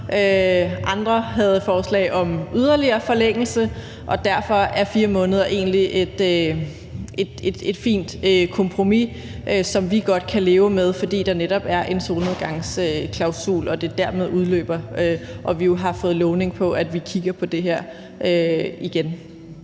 andre havde forslag om yderligere forlængelse. Derfor er 4 måneder egentlig et fint kompromis, som vi godt kan leve med, fordi der netop er en solnedgangsklausul, og at det er dermed udløber, og fordi vi jo har fået lovning på, at vi kigger på det her igen.